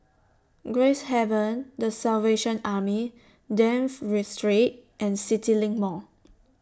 Gracehaven The Salvation Army Dafne Street and CityLink Mall